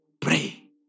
Pray